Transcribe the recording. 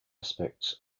aspects